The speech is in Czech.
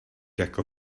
jako